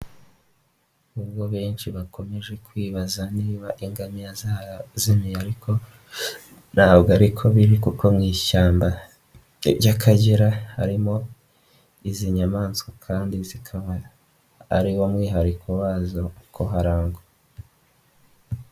Nubwo benshi bakomeje kwibaza niba ingamiya zarazimiye ariko ntabwo ari ko biri kuko mu ishyamba ry'Akagera harimo izi nyamaswa kandi zikaba ari wo mwihariko wazo kuharangwa.